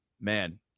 man